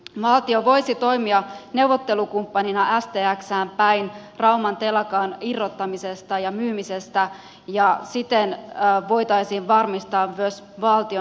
valtio voisi toimia neuvottelukumppanina stxään päin rauman telakan irrottamisesta ja myymisestä ja siten voitaisiin varmistaa myös valtion huoltovarmuus